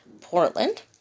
Portland